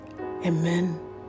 Amen